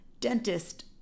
dentist